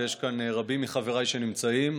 ויש כאן רבים מחבריי שנוכחים,